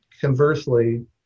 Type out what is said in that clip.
conversely